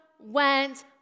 went